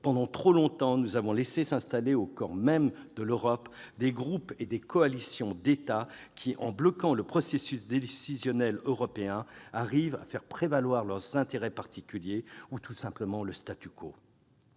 Pendant trop longtemps, nous avons laissé s'installer au coeur même de l'Europe des groupes ou des coalitions d'États qui, en bloquant le processus décisionnel européen, arrivent à faire prévaloir leurs intérêts particuliers, ou tout simplement le.